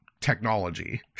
technology